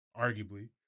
arguably